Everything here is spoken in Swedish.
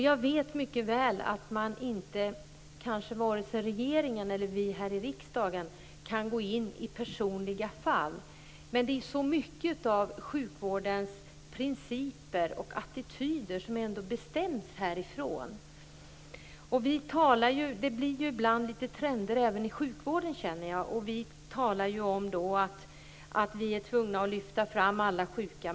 Jag vet mycket väl att man inte vare sig i regeringen eller här i riksdagen kan ta upp personliga fall. Det är så mycket av principer och attityder i sjukvården som bestäms härifrån. Det skapas ibland trender även i sjukvården. Vi talar då om att vi är tvungna att lyfta fram alla de sjuka.